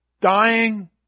dying